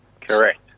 Correct